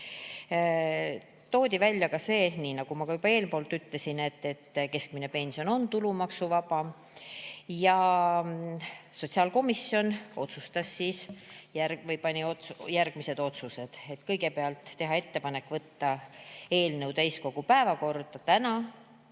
Toodi välja ka see, nii nagu ma juba eespool ütlesin, et keskmine pension on tulumaksuvaba. Sotsiaalkomisjon tegi järgmised otsused. Kõigepealt, teha ettepanek võtta eelnõu täiskogu päevakorda täna,